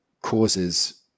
causes